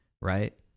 right